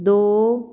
ਦੋ